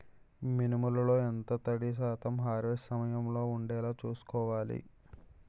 మినుములు లో ఎంత తడి శాతం హార్వెస్ట్ సమయంలో వుండేలా చుస్కోవాలి?